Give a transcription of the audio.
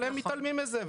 אבל הם מתעלמים מזה.